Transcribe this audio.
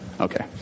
Okay